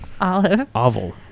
oval